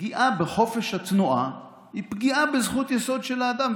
פגיעה בחופש התנועה היא פגיעה בזכות יסוד של האדם,